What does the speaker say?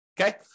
Okay